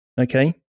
Okay